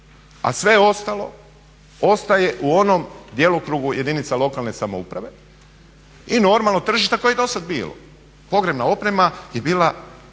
a sve ostalo ostaje u onom djelokrugu jedinica lokalne samouprave i normalno tržišta koje je i dosad bilo. Pogrebna oprema je bila